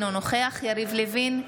אינו נוכח יריב לוין,